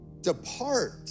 Depart